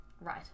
Right